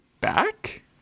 back